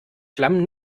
flammen